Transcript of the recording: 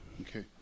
Okay